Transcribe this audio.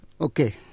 Okay